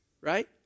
right